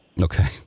Okay